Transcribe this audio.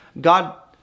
God